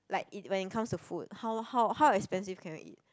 like it when it comes to food how how how expensive can you eat